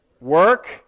work